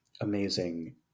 amazing